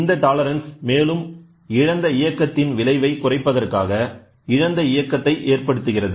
இந்த டாலரன்ஸ் மேலும் இழந்த இயக்கத்தின் விளைவை குறைப்பதற்காக இழந்த இயக்கத்தை ஏற்படுத்துகிறது